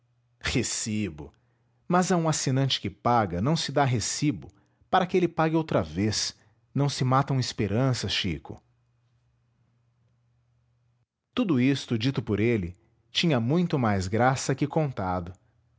recibo mas a um assinante que paga não se dá recibo para que ele pague outra vez não se matam esperanças chico tudo isto dito por ele tinha muito mais graça que contado